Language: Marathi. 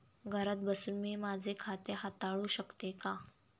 घरात बसून मी माझे खाते हाताळू शकते का?